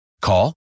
Call